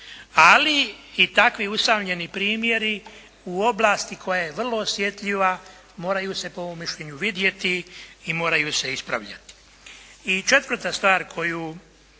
Ali i takvi usamljeni primjeri u oblasti koja je vrlo osjetljiva moraju se, po mom mišljenju, vidjeti i moraju se ispravljati.